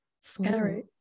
Scary